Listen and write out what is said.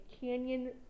canyon